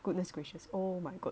goodness gracious oh my god